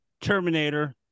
Terminator